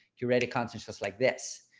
you ready constants just like this,